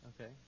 okay